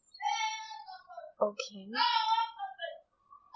okay